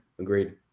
Agreed